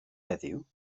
heddiw